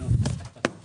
יש בינתיים עוד שאלות?